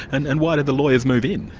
and and why did the lawyers move in?